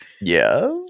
Yes